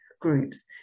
groups